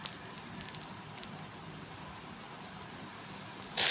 दूध पाशीन बनाडेल पदारथस्ले जास्त टिकाडानी टेकनिक मार्केटमा येवाले लागनी